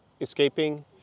escaping